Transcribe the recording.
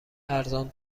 ارزان